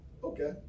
okay